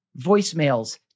voicemails